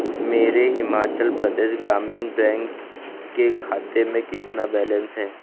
मेरे हिमाचलप्रदेश ग्रामीण बैंक के खाते में कितना बैलेंस है